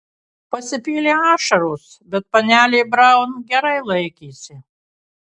pasipylė ašaros bet panelė braun gerai laikėsi